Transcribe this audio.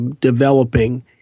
developing